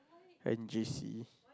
you're in J_C